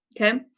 Okay